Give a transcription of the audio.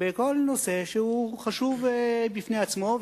בכל נושא, שהוא חשוב בפני עצמו.